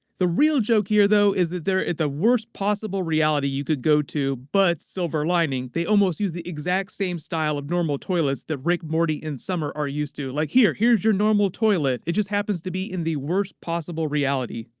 the real joke here though is that they're at the worst possible reality you could go to, but, silver lining, they almost use the exact same style of normal toilets that rick, morty, and summer are used to, like, here, here's your normal toilet. it just happens to be in the worst possible reality.